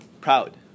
proud